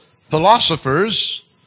philosophers